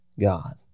God